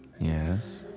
Yes